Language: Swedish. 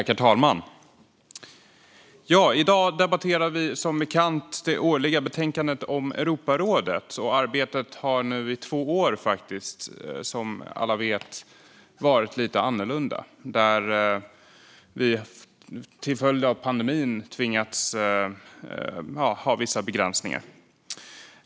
Herr talman! I dag debatterar vi, som bekant, det årliga betänkandet om Europarådet. Arbetet har i två år, som alla vet, varit lite annorlunda. Till följd av pandemin har vi tvingats till vissa begränsningar.